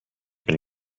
been